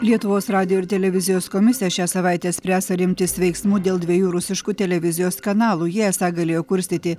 lietuvos radijo ir televizijos komisija šią savaitę spręs ar imtis veiksmų dėl dviejų rusiškų televizijos kanalų jie esą galėjo kurstyti